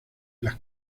las